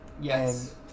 Yes